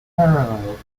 parallel